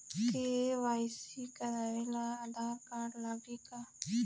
KYC करावे ला Aadhaar card लागी का?